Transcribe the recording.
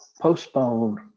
postpone